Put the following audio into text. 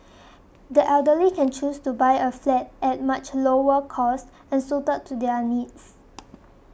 the elderly can choose to buy a flat at much lower cost and suited to their needs